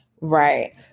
Right